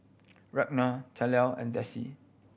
Ragna Terell and Dessie